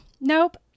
nope